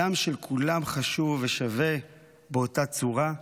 הדם של כולם חשוב ושווה באותה צורה,